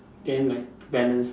then like balance